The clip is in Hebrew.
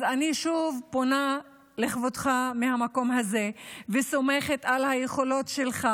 אז אני שוב פונה לכבודך מהמקום הזה וסומכת על היכולות שלך